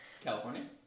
California